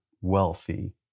wealthy